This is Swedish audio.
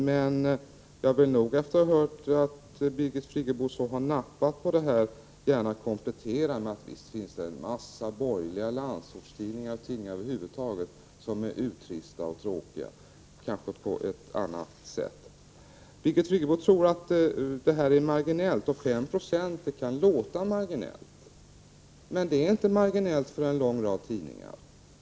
Men jag vill efter att ha hört Birgit Friggebo nappa på detta komplettera med att säga att det finns en massa borgerliga landsortstidningar och tidningar över huvud taget som är urtrista och tråkiga, men kanske på annat sätt. Birgit Friggebo säger att det är en marginell effekt. 5 96 kan låta marginellt. Det är inte marginellt för en lång rad tidningar.